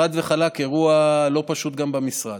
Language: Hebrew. חד וחלק, אירוע לא פשוט גם במשרד.